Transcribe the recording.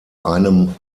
einem